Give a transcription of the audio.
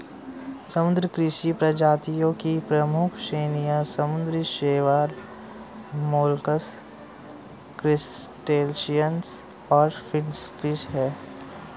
समुद्री कृषि प्रजातियों की प्रमुख श्रेणियां समुद्री शैवाल, मोलस्क, क्रस्टेशियंस और फिनफिश हैं